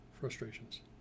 frustrations